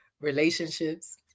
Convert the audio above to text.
relationships